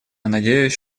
надеюсь